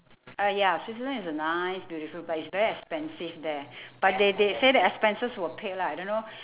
uh ya switzerland is a nice beautiful but it's very expensive there but they they say that expenses were paid lah I don't know